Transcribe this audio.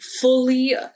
fully